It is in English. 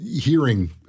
hearing